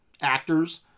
actors